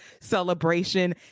celebration